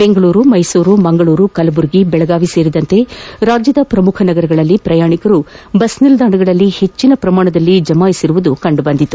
ಬೆಂಗಳೂರು ಮೈಸೂರು ಮಂಗಳೂರು ಕಲಬುರಗಿ ಬೆಳಗಾವಿ ಸೇರಿದಂತೆ ಪ್ರಮುಖ ನಗರಗಳಲ್ಲಿ ಪ್ರಯಾಣಿಕರು ಬಸ್ ನಿಲ್ದಾಣಗಳಲ್ಲಿ ಹೆಚ್ಚಿನ ಪ್ರಮಾಣದಲ್ಲಿ ಜಮಾಯಿಸಿರುವುದು ಕಂಡು ಬಂದಿದೆ